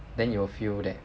then you will feel that